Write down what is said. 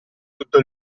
tutto